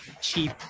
cheap